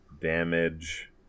damage